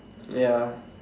ya